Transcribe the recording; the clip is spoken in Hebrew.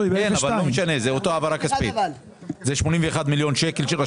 81 מיליון שקל.